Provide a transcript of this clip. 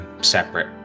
separate